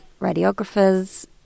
radiographers